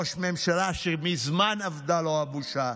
ראש ממשלה שמזמן אבדה לו הבושה,